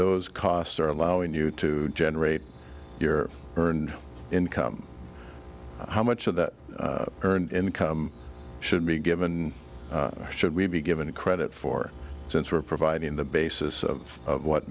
those costs are allowing you to generate your earned income how much of that earned income should be given should we be given credit for since we're providing the basis of what